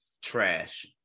Trash